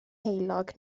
heulog